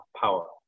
power